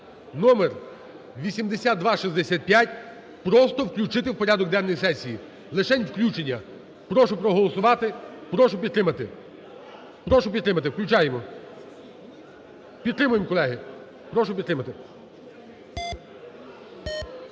(№ 8265) просто включити в порядок денний сесії, лишень включення. Прошу проголосувати, прошу підтримати. Прошу підтримати, включаємо, підтримуємо, колеги, прошу підтримати.